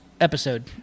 episode